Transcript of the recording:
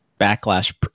backlash